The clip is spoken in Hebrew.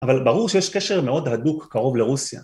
אבל ברור שיש קשר מאוד הדוק קרוב לרוסיה.